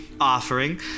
offering